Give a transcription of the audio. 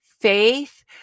faith